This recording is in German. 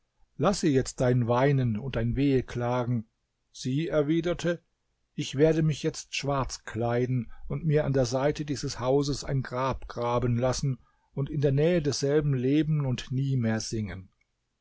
lasse jetzt dein weinen und dein weheklagen sie erwiderte ich werde mich jetzt schwarz kleiden und mir an der seite dieses hauses ein grab graben lassen und in der nähe desselben leben und nie mehr singen